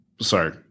Sorry